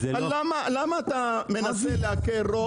למה אתה מנסה להקל ראש,